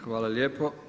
Hvala lijepo.